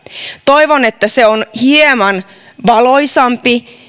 toivon että se on hieman valoisampi